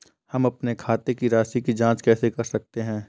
हम अपने खाते की राशि की जाँच कैसे कर सकते हैं?